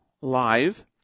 live